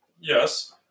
Yes